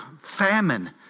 Famine